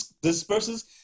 disperses